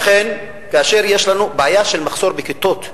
לכן, כאשר יש לנו בעיה של מחסור בכיתות,